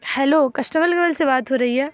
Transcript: hello customer care سے بات ہو رہی ہے